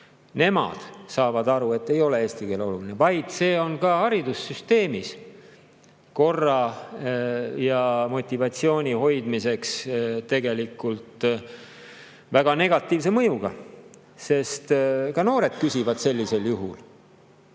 nemad saavad aru, et eesti keel ei ole oluline –, vaid see on ka haridussüsteemis korra ja motivatsiooni hoidmiseks tegelikult väga negatiivse mõjuga. Sest ka noored küsivad sellisel juhul: